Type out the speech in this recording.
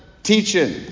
teaching